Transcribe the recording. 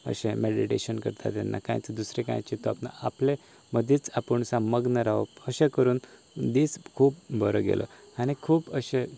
अशें मेडिटेशन करता तेन्ना कांयच दुसरें कांय चिंतप ना आपले मदींच आपूण सामको मग्न रावन अशें करून दीस खूब बरो गेलो आनी खूब अशें